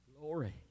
Glory